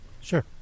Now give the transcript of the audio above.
Sure